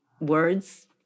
words